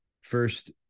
first